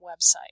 website